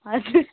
हजुर